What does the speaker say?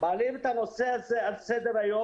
מעלים את הנושא הזה על סדר-היום